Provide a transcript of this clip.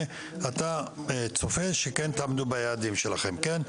אתה צופה שכן תעמדו שיעדים שלכם, כן?